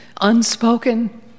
unspoken